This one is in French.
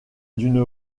d’une